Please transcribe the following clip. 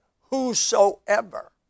whosoever